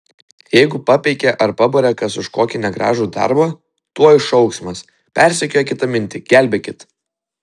jeigu papeikė ar pabarė kas už kokį negražų darbą tuoj šauksmas persekioja kitamintį gelbėkit